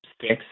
six